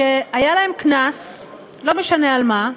שהיה להם קנס, לא משנה על מה,